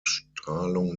strahlung